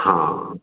ହଁ